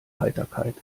heiterkeit